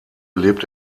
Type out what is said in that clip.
lebt